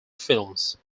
films